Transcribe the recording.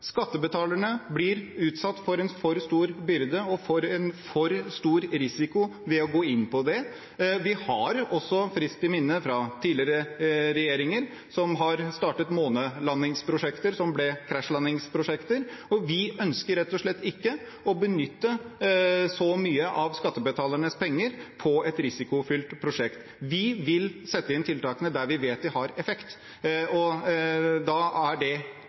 Skattebetalerne blir utsatt for en for stor byrde og risiko ved å gå inn på det. Vi har også friskt i minne at tidligere regjeringer har startet månelandingsprosjekter som ble krasjlandingsprosjekter, og vi ønsker rett og slett ikke å benytte så mye av skattebetalernes penger på et risikofylt prosjekt. Vi vil sette inn tiltakene der vi vet de har effekt, og ikke på det